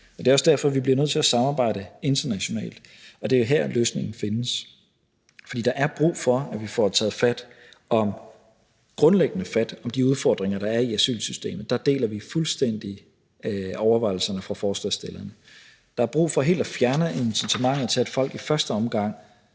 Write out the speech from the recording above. Det er også derfor, vi bliver nødt til at samarbejde internationalt; det er her, løsningen findes. Der er brug for, at vi får taget fat, grundlæggende fat, om de udfordringer, der er i asylsystemet. Der deler vi fuldstændig overvejelserne fra forslagsstillerne. Der er brug for helt at fjerne incitamentet til, at folk i første omgang